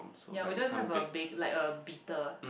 ya we don't even have a ba~ like a beater